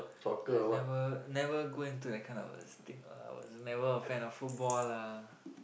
I never never go into that kind of thing never offend a football lah